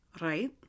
Right